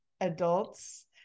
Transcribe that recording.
adults